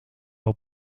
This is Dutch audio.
wel